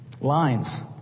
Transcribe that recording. lines